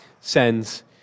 sends